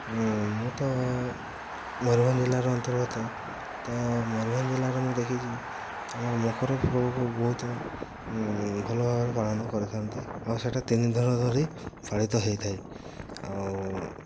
ମୁଁ ତ ମୟୂରଭଞ୍ଜ ଜିଲ୍ଲାର ଅନ୍ତର୍ଗତ ତ ମୟୂରଭଞ୍ଜ ଜିଲ୍ଲାରେ ମୁଁ ଦେଖିଛି ଆମର ମକରପର୍ବକୁ ବହୁତ ଭଲଭାବରେ ପାଳନ କରିଥାନ୍ତି ଆଉ ସେଇଟା ତିନିଦିନ ଧରି ପାଳିତ ହୋଇଥାଏ ଆଉ